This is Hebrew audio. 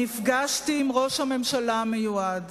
נפגשתי עם ראש הממשלה המיועד,